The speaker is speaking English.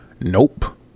Nope